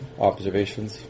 observations